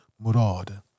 Murad